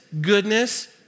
goodness